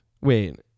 Wait